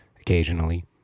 occasionally